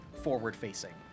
forward-facing